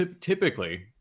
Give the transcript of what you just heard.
typically